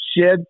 shed